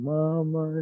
Mama